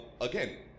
Again